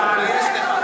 לטרור,